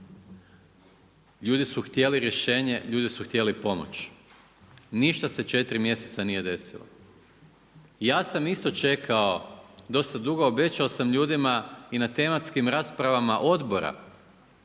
Ljudi su htjeli rješenje, ljudi su htjeli pomoć. Ništa se četiri mjeseca nije desilo. Ja sam isto čekao dosta dugo, obećao sam ljudima i na tematskim raspravama odbora